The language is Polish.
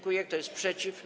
Kto jest przeciw?